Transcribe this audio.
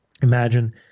Imagine